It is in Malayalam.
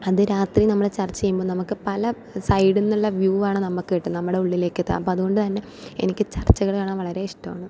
അത് രാത്രിയിൽ നമ്മൾ ചർച്ചചെയ്യുമ്പോൾ നമുക്ക് പല സൈഡ് ഇന്ന് ഉള്ള വ്യൂ ആണ് നമുക്ക് കിട്ടുന്നത് നമ്മുടെ ഉള്ളിലേക്ക് എത്തുക അപ്പോൾ അതുകൊണ്ട് തന്നെ എനിക്ക് ചർച്ചകള് കാണാൻ വളരേ ഇഷ്ടമാണ്